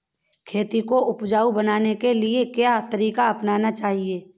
खेती को उपजाऊ बनाने के लिए क्या तरीका अपनाना चाहिए?